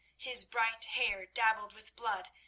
his bright hair dabbled with blood,